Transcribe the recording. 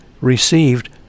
received